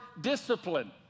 discipline